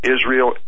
Israel